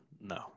No